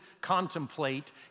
contemplate